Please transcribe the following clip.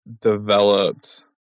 developed